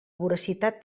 voracitat